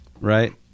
right